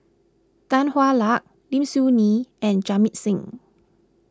Tan Hwa Luck Lim Soo Ngee and Jamit Singh